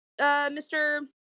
Mr